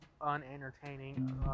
unentertaining